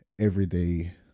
everyday